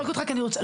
המשטרה.